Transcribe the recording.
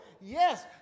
yes